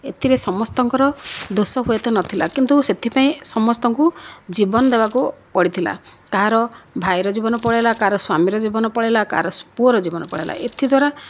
ଏଥିରେ ସମସ୍ତଙ୍କର ଦୋଷ ହୁଏ ତ ନଥିଲା କିନ୍ତୁ ସେଥିପାଇଁ ସମସ୍ତଙ୍କୁ ଜୀବନ ଦେବାକୁ ପଡ଼ିଥିଲା କାହାର ଭାଇର ଜୀବନ ପଳାଇଲା କାହାର ସ୍ୱାମୀର ଜୀବନ ପଳାଇଲା କାହାର ପୁଅର ଜୀବନ ପଳାଇଲା ଏଥିଦ୍ୱାରା